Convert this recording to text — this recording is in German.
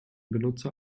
benutzer